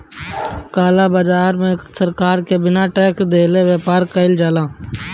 काला बाजार में सरकार के बिना टेक्स देहले व्यापार कईल जाला